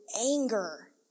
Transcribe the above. anger